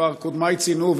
כבר קודמיי ציינו,